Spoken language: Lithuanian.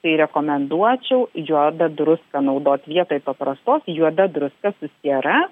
tai rekomenduočiau juodą druską naudot vietoj paprastos juoda druska su siera